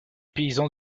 paysans